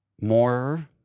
More